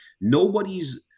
nobody's